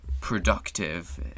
productive